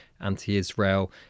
anti-Israel